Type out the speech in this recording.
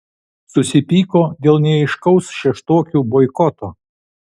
susipyko dėl neaiškaus šeštokių boikoto